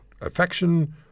affection